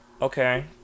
okay